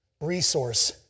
resource